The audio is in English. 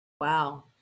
wow